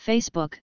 Facebook